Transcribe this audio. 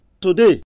Today